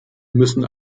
müssen